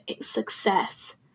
success